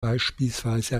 beispielsweise